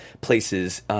places